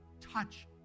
touch